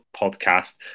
podcast